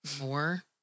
more